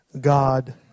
God